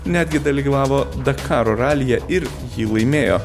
netgi dalyvavo dakaro ralyje ir jį laimėjo